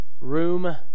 room